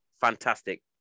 fantastic